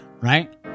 right